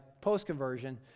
post-conversion